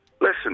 Listen